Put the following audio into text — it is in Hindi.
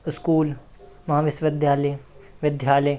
स्कूल महाविश्वविद्यालय विद्यालय